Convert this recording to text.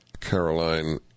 Caroline